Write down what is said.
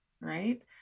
right